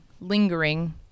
lingering